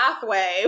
pathway